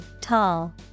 Tall